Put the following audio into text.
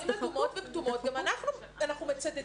אדומות וכתומות אנחנו מצדדים,